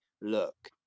look